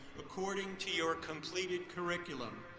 according to your completed curriculum.